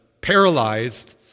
paralyzed